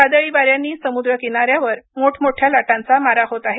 वादळी वाऱ्यांनी समुद्र किनाऱ्यावर मोठमोठ्या लाटांचा मारा होत आहे